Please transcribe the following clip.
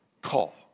call